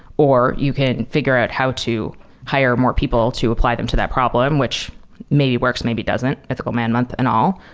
or you can figure out how to hire more people to apply them to that problem, which maybe works, maybe doesn't, ethical man-month and all,